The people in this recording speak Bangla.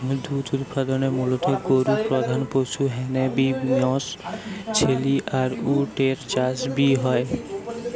দুধ উতপাদনে মুলত গরু প্রধান পশু হ্যানে বি মশ, ছেলি আর উট এর চাষ বি হয়